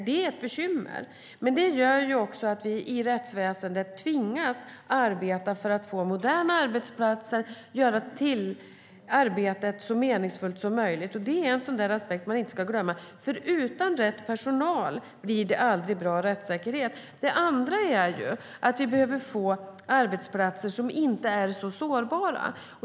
Det är ett bekymmer, och det gör att vi i rättsväsendet måste arbeta för att få moderna arbetsplatser och att göra arbetet så meningsfullt som möjligt. Det är en aspekt som man inte ska glömma. Utan rätt personal blir det aldrig en bra rättssäkerhet. Det andra perspektivet som vi måste fundera på är att vi behöver få arbetsplatser som inte är så sårbara.